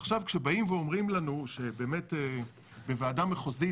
עכשיו כשבאים ואומרים לנו שבאמת בוועדה המחוזית